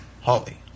Holly